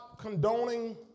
condoning